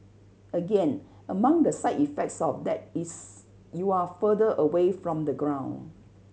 again among the side effects of that is you're further away from the ground